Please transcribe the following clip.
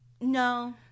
No